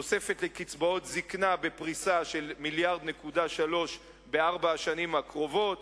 תוספת לקצבאות זיקנה בפריסה של 1.3 מיליארד בארבע השנים הקרובות,